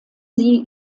sie